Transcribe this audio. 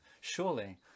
Surely